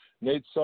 Nate